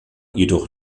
jedoch